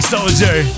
Soldier